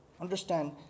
understand